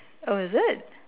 oh is it